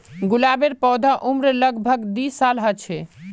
गुलाबेर पौधार उम्र लग भग दी साल ह छे